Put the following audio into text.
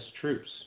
troops